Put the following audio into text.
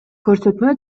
көрсөтмө